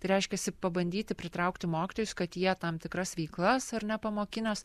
tai reiškiasi pabandyti pritraukti mokytojus kad jie tam tikras veiklas ar ne pamokinias